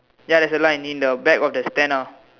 ya there's a line in the back of the stair now